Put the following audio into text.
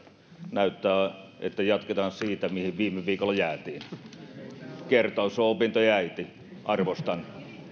näyttää että jatketaan siitä mihin viime viikolla jäätiin kertaus on opintojen äiti arvostan